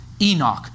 Enoch